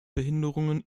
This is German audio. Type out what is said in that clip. behinderungen